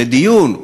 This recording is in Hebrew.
בדיון?